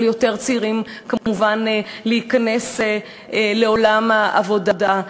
ליותר צעירים להיכנס לעולם העבודה.